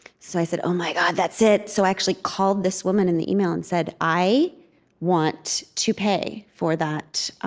so i said, oh, my god. that's it, i so actually called this woman in the email and said, i want to pay for that